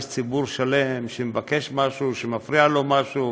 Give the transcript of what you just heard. יש ציבור שלם שמבקש משהו, שמפריע לו משהו.